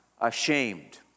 ashamed